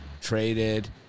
traded